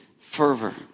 fervor